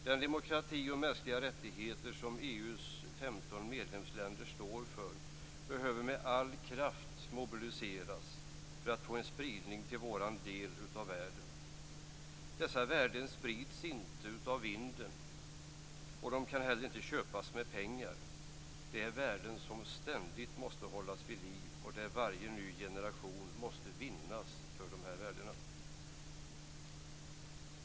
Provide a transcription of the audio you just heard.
Den demokrati och de mänskliga rättigheter som EU:s 15 medlemsländer står för behöver med all kraft mobiliseras för att få en spridning till vår del av världen. Dessa värden sprids inte av vinden, och de kan inte heller köpas för pengar. Det är värden som ständigt måste hållas vid liv. Varje ny generation måste vinnas för dessa värden.